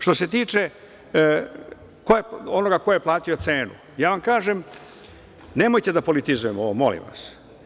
Što se tiče onoga ko je platio cenu, ja vam kažem – nemojte da politizujemo ovo, molim vas.